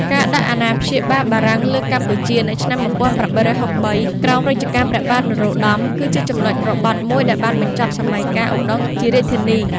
ការដាក់អាណាព្យាបាលបារាំងលើកម្ពុជានៅឆ្នាំ ១៨៦៣ ក្រោមរជ្ជកាលព្រះបាទនរោត្តម គឺជាចំណុចរបត់មួយដែលបានបញ្ចប់សម័យកាលឧដុង្គជារាជធានី។